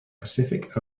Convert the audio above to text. pacific